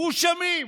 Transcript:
חושמים,